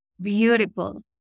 Beautiful